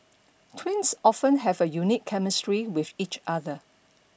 twins often have a unique chemistry with each other